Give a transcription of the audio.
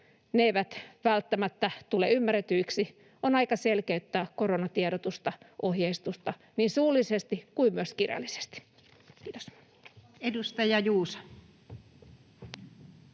ne eivät välttämättä tule ymmärretyiksi. On aika selkeyttää koronatiedotusta ja -ohjeistusta niin suullisesti kuin kirjallisesti. — Kiitos.